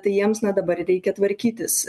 tai jiems na dabar reikia tvarkytis